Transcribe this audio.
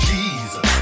Jesus